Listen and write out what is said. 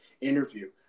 interview